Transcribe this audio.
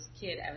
kid